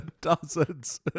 Dozens